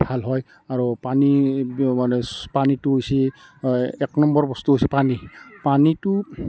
ভাল হয় আৰু পানী মানে পানীটো হৈছে এক নম্বৰ বস্তু হৈছে পানী পানীটো